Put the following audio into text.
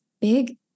big